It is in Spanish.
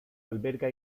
alberga